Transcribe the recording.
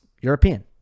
European